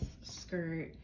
skirt